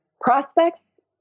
prospects